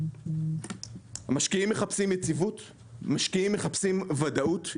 המשקיעים מחפשים יציבות וודאות,